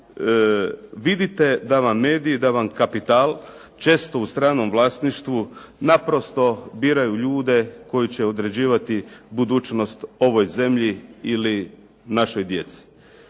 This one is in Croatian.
vidite da vam mediji, da vam kapital često u stranom vlasništvu naprosto biraju ljude koji će određivati budućnost ovoj zemlji ili našoj djeci.